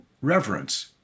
reverence